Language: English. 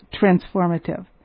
transformative